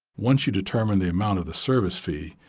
once you determine the amount of the service fee,